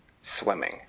swimming